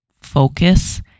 focus